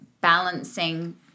balancing